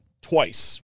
twice